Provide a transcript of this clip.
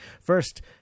First